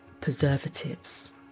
preservatives